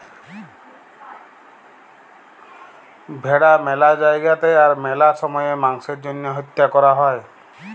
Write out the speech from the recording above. ভেড়া ম্যালা জায়গাতে আর ম্যালা সময়ে মাংসের জ্যনহে হত্যা ক্যরা হ্যয়